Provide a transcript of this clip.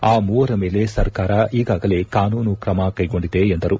ಆ ಮೂವರ ಮೇಲೆ ಸರ್ಕಾರ ಈಗಾಗಲೇ ಕಾನೂನು ಕ್ರಮ ಕೈಗೊಂಡಿದೆ ಎಂದರು